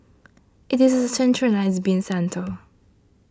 it is a centralised bin centre